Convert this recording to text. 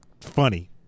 funny